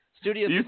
Studio